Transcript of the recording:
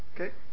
Okay